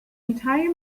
entire